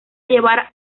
llevar